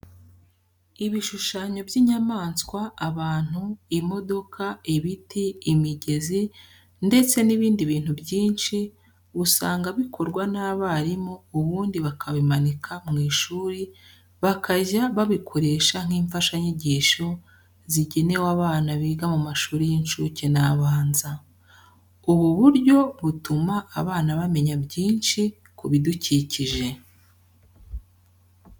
Ibishushanyo by'inyamaswa, abantu, imodoka, ibiti, imigezi, ndetse n'ibindi bintu byinshi usanga bikorwa n'abarimu ubundi bakabimanika mu ishuri bakajya babikoresha nk'imfashanyigisho zigenewe abana biga mu mashuri y'incuke n'abanza. Ubu buryo butuma abana bamenya byinshi ku bidukikije.